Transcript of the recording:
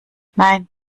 nein